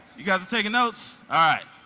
you guys are taking notes? ah